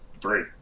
Three